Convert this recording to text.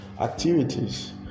activities